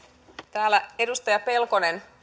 täällä edustaja pelkonen